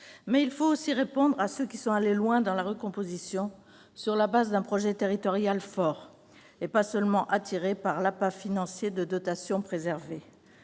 Mais il faut aussi répondre à ceux qui sont allés loin dans la recomposition, sur la base d'un projet territorial fort, et pas seulement en raison de l'appât financier de dotations préservées.